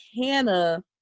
Hannah